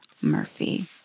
Murphy